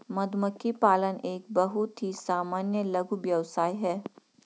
मधुमक्खी पालन एक बहुत ही सामान्य लघु व्यवसाय है